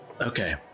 okay